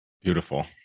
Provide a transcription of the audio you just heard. Beautiful